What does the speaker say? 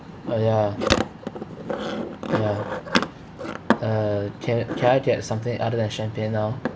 uh ya ya uh can can I get something other than champagne now